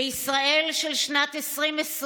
בישראל של שנת 2020,